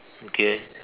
okay